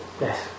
Yes